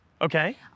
Okay